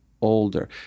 older